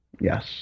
Yes